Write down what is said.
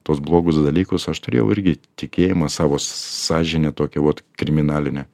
tuos blogus dalykus aš turėjau irgi tikėjimą savo sąžinę tokią vot kriminalinę